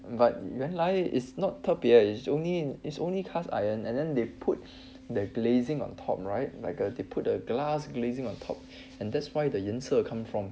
but you 原来 is not 特别 is only is only cast iron and then they put the glazing on top right like uh they put the glass glazing on top and that's why the 颜色 come from